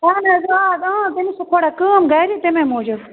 اہن حظ آ تٔمِس چھِ تھوڑا کٲم گَرِ تمے موٗجُب